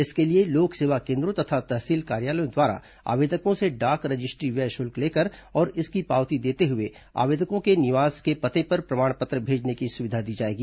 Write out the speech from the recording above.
इसके लिए लोक सेवा केन्द्रों तथा तहसील कार्यालयों द्वारा आवेदकों से डाक रजिस्ट्री व्यय शुल्क लेकर और इसकी पावती देते हुए आवेदकों के निवास के पते पर प्रमाण पत्र भेजने की सुविधा जाएगी